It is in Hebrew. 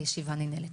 הישיבה ננעלת.